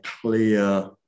clear